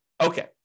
Okay